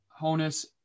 Honus